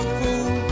fool